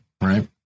right